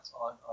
on